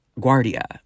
Guardia